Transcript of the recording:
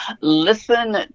listen